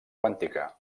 quàntica